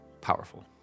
powerful